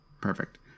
perfect